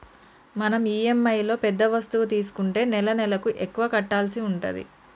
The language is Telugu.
మనం ఇఎమ్ఐలో పెద్ద వస్తువు తీసుకుంటే నెలనెలకు ఎక్కువ కట్టాల్సి ఉంటది